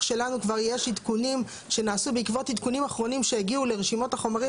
שלנו כבר יש עדכונים שנעשו בעקבות עדכונים אחרים שהגיעו לרשימות החומרים